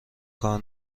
کار